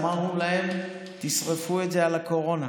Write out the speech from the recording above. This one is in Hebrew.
אמרנו להם: תשרפו את זה על הקורונה.